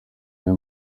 nayo